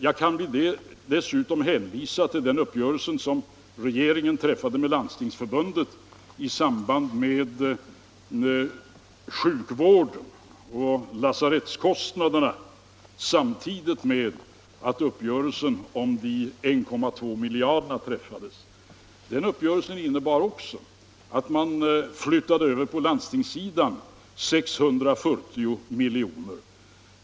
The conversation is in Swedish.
Jag kan också hänvisa till den uppgörelse regeringen träffat med Landstingsförbundet om finansieringen av sjukvårdskostnaderna samtidigt med överenskommelsen om de 1,2 miljarderna. Den uppgörelsen innebar att man till landstingen flyttade över 670 miljoner.